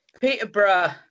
Peterborough